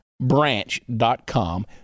Branch.com